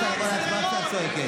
אי-אפשר לעבור להצבעה כשאת צועקת.